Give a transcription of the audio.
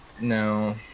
No